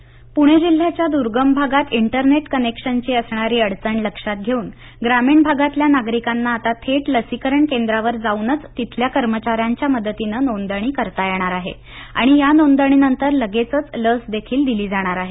केंद्रावर नोंदणी प्रणे जिल्ह्याच्या दुर्गम भागात इंटरनेट कनेक्शनची असणारी अडचण लक्षात घेऊन ग्रामीण भागातल्या नागरिकांना आता थेट लसीकरण केंद्रावर जाऊनच तिथल्या कर्मचाऱ्यांच्या मदतीनं नोंदणी करता येणार आहे आणि या नोंदणीनंतर लगेचच लस देखील दिली जाणार आहे